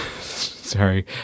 Sorry